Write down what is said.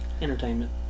Entertainment